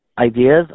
ideas